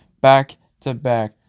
Back-to-back